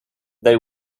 they